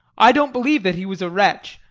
i don't believe that he was a wretch.